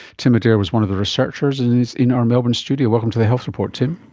tim adair was one of the researchers and he's in our melbourne studio, welcome to the health report, tim.